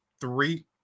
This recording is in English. three